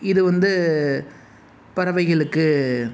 இது வந்து பறவைகளுக்கு